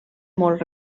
molt